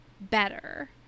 better